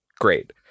Great